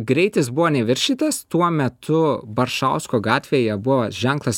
greitis buvo nei viršytas tuo metu baršausko gatvėje buvo ženklas